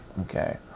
okay